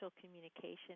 communication